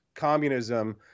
communism